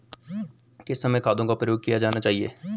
किस समय खादों का प्रयोग किया जाना चाहिए?